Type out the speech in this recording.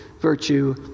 virtue